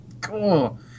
Cool